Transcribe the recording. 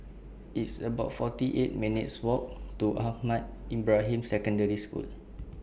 It's about forty eight minutes' Walk to Ahmad Ibrahim Secondary School